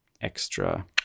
extra